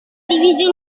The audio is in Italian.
diviso